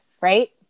right